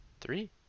Three